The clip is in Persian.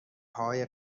های